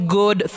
good